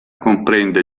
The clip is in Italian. comprende